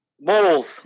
Moles